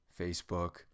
Facebook